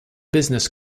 business